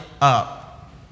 up